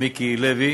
מיקי לוי.